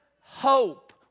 hope